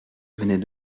venait